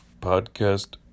Podcast